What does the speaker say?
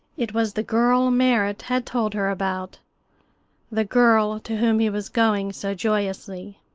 it was the girl merrit had told her about the girl to whom he was going so joyously.